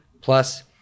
plus